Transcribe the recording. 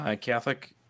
Catholic